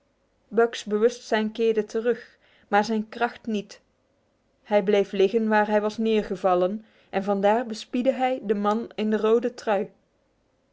buck's bewustzijn keerde terug maar zijn kracht niet hij bleef liggen waar hij was neergevallen en vandaar bespiedde hij den man in de rode trui